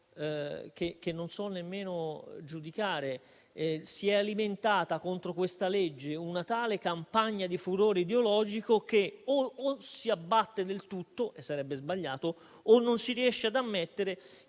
che non so nemmeno giudicare. Si è alimentata contro questa legge una tale campagna di furore ideologico che o si abbatte del tutto - e sarebbe sbagliato - o non si riesce ad ammettere